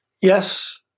Yes